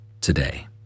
today